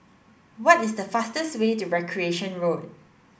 what is the fastest way to Recreation Road